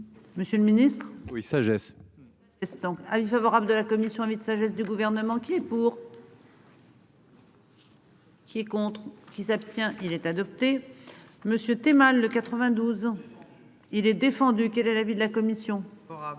Monsieur le Ministre oui sagesse. Et ce temps avis favorable de la commission avis de sagesse du gouvernement qui est pour. Qui est contre qui s'abstient il est adopté. Monsieur tu es mal le 92 ans. Il est défendu. Quel est l'avis de la commission. Favorable